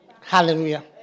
Hallelujah